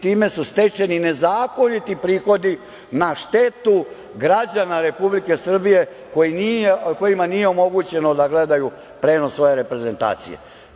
Time su stečeni nezakoniti prihodi na štetu građana Republike Srbije kojima nije omogućeno da gledaju prenos utakmice svoje reprezentacije.